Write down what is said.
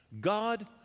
God